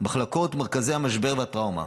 במחלקות ובמרכזי המשבר והטראומה.